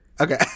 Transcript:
okay